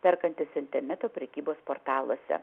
perkantys interneto prekybos portaluose